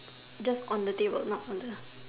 just on the table not on the